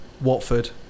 Watford